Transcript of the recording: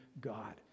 God